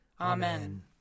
Amen